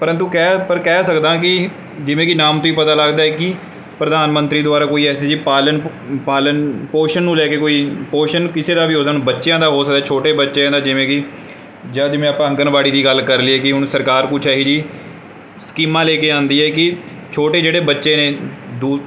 ਪਰੰਤੂ ਕਹਿ ਪਰ ਕਹਿ ਸਕਦਾਂ ਕਿ ਜਿਵੇਂ ਕਿ ਨਾਮ ਤੋਂ ਹੀ ਪਤਾ ਲੱਗਦਾ ਕਿ ਪ੍ਰਧਾਨ ਮੰਤਰੀ ਦੁਆਰਾ ਕੋਈ ਐਸੀ ਜੀ ਪਾਲਣ ਪਾਲਣ ਪੋਸ਼ਣ ਨੂੰ ਲੈ ਕੇ ਕੋਈ ਪੋਸ਼ਣ ਕਿਸੇ ਦਾ ਵੀ ਬੱਚਿਆਂ ਦਾ ਹੋ ਸਕਦਾ ਛੋਟੇ ਬੱਚਿਆਂ ਦਾ ਜਿਵੇਂ ਕਿ ਜਾਂ ਜਿਵੇਂ ਆਪਾਂ ਆਂਗਣਵਾੜੀ ਦੀ ਗੱਲ ਕਰ ਲਈਏ ਕਿ ਹੁਣ ਸਰਕਾਰ ਕੁਛ ਇਹੋ ਜਿਹੀ ਸਕੀਮਾਂ ਲੈ ਕੇ ਆਉਂਦੀ ਹੈ ਕਿ ਛੋਟੀ ਜਿਹੜੇ ਬੱਚੇ ਨੇ ਦੁ